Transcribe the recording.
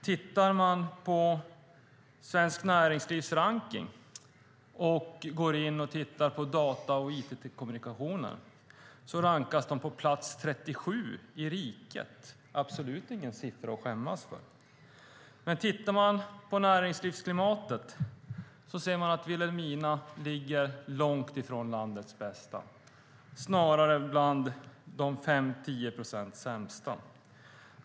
Tittar man på Svenskt Näringslivs rankning och går in och tittar på data och it-kommunikationen rankas Vilhelmina på plats 37 i riket. Det är absolut ingen siffra att skämmas för. Men tittar man på näringslivsklimatet ser man att Vilhelmina ligger långt ifrån landets bästa - snarare bland de 5-10 procent sämsta.